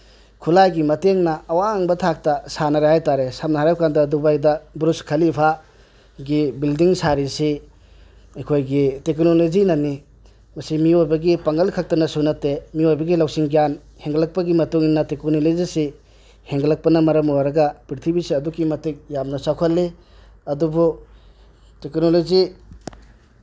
ꯈꯨꯂꯥꯏꯒꯤ ꯃꯇꯦꯡꯅ ꯑꯋꯥꯡꯕ ꯊꯥꯛꯇ ꯁꯥꯅꯔꯦ ꯍꯥꯏ ꯇꯥꯔꯦ ꯁꯝꯅ ꯍꯥꯏꯔꯕ ꯀꯥꯟꯗ ꯗꯨꯕꯥꯏꯗ ꯕꯨꯔꯖ ꯈꯥꯂꯤꯐꯥꯒꯤ ꯕꯤꯜꯗꯤꯡ ꯁꯥꯔꯤꯁꯤ ꯑꯩꯈꯣꯏꯒꯤ ꯇꯦꯛꯅꯣꯂꯣꯖꯤꯅꯅꯤ ꯃꯁꯤ ꯃꯤꯑꯣꯏꯕꯒꯤ ꯄꯥꯡꯒꯜ ꯈꯛꯇꯅꯁꯨ ꯅꯠꯇꯦ ꯃꯤꯑꯣꯏꯕꯒꯤ ꯂꯧꯁꯤꯡ ꯒ꯭ꯌꯥꯟ ꯍꯦꯟꯒꯠꯂꯛꯄꯒꯤ ꯃꯇꯨꯡꯏꯟꯅ ꯇꯦꯛꯅꯣꯂꯣꯖꯤꯁꯤ ꯍꯦꯟꯒꯠꯂꯛꯄꯅ ꯃꯔꯝ ꯑꯣꯏꯔꯒ ꯞ꯭ꯔꯤꯊꯤꯕꯤꯁꯤ ꯑꯗꯨꯛꯀꯤ ꯃꯇꯤꯛ ꯌꯥꯝꯅ ꯆꯥꯎꯈꯠꯂꯤ ꯑꯗꯨꯕꯨ ꯇꯦꯛꯀꯅꯣꯂꯣꯖꯤ